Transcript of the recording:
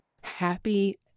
Happy